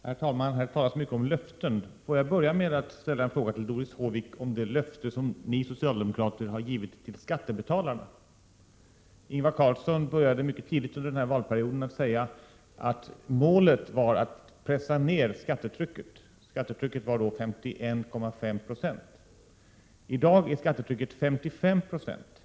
Herr talman! Här talas mycket om löften. Får jag börja med att ställa en fråga till Doris Håvik om det löfte som ni socialdemokrater har givit till skattebetalarna. Ingvar Carlsson började mycket tidigt under den här valperioden med att förklara att målet var att pressa ned skattetrycket, som då var 51,5 Jo. I dag är skattetrycket 55 96.